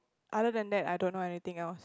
other than that I don't know anything else